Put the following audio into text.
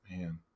Man